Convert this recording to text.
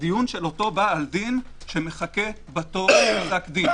של אותו בעל דין שמחכה בתור לפסק דין.